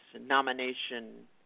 nomination